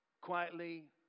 quietly